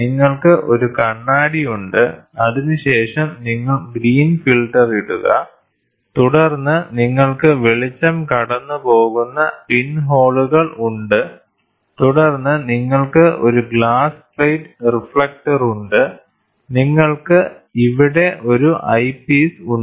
നിങ്ങൾക്ക് ഒരു കണ്ണാടി ഉണ്ട് അതിനുശേഷം നിങ്ങൾ ഗ്രീൻ ഫിൽട്ടർ ഇടുക തുടർന്ന് നിങ്ങൾക്ക് വെളിച്ചം കടന്നുപോകുന്ന പിൻഹോളുകൾ ഉണ്ട് തുടർന്ന് നിങ്ങൾക്ക് ഒരു ഗ്ലാസ് പ്ലേറ്റ് റിഫ്ലക്റ്റർ ഉണ്ട് നിങ്ങൾക്ക് ഇവിടെ ഒരു ഐപീസ് ഉണ്ട്